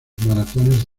maratones